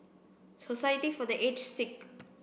society for the Aged Sick